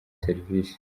serivisi